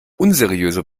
unseriöse